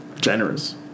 generous